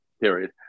Period